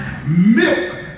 milk